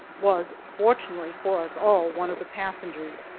was, fortunately for us all, one of the passengers.